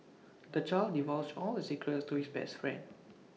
the child divulged all his secrets to his best friend